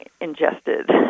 ingested